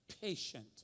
patient